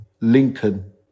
Lincoln